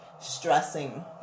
Stressing